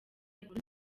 inkuru